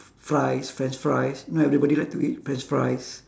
fries french fries you know everybody like to eat french fries